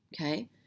okay